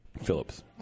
Phillips